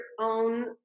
own